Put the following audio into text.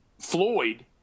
Floyd